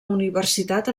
universitat